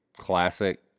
classic